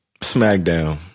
SmackDown